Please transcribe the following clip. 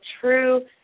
true